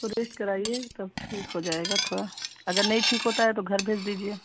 उसको रेस्ट कराइए तब ठीक हो जाएगा थोड़ा अगर नहीं ठीक होता है तो घर भेज दीजिए